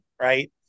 right